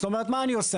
זאת אומרת, מה אני עושה?